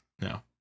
no